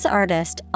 artist